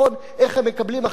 איך הם מקבלים החלטות,